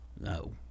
no